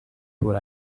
food